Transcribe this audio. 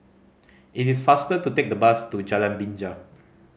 it is faster to take the bus to Jalan Binja